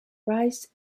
rice